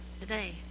today